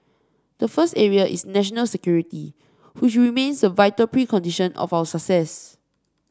the first area is national security which remains a vital precondition of our success